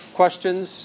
questions